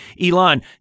elon